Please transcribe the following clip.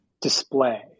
display